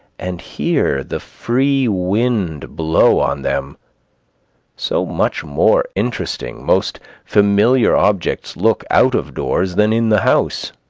and hear the free wind blow on them so much more interesting most familiar objects look out of doors than in the house.